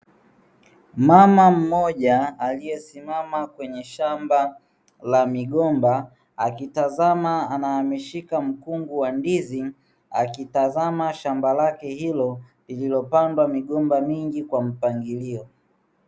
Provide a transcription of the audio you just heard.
Mama mmoja aliyesimama kwenye shamba la migomba akitazama na ameshika mkungu wa ndizi, akitazama shamba lake hilo lililopandwa migomba mingi kwa mpangilio.